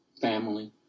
family